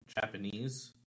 Japanese